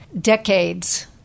decades